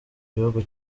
gihugu